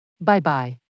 Bye-bye